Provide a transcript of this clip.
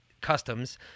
Customs